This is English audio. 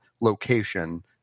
location